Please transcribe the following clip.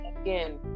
Again